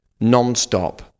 non-stop